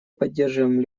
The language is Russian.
поддерживаем